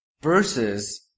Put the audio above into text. versus